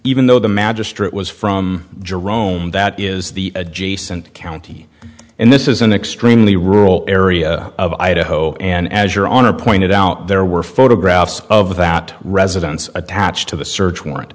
even though the magistrate was from jerome that is the adjacent county and this is an extremely rural area of idaho and as your honor pointed out there were photographs of that residence attached to the search warrant